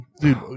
dude